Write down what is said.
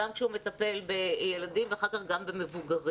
גם כשהוא מטפל בילדים ואחר כך גם במבוגרים.